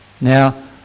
Now